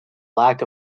lack